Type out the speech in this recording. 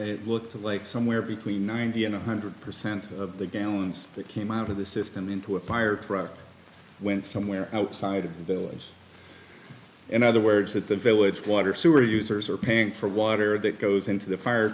it looked like somewhere between ninety and one hundred percent of the gallons that came out of the system into a fire truck went somewhere outside of the village in other words that the village water sewer users are paying for water that goes into the fire